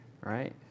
right